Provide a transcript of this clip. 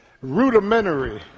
rudimentary